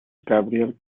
gabriel